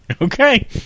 Okay